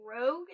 rogue